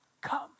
Come